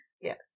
Yes